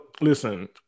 listen